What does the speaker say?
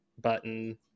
button